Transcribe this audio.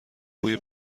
بوی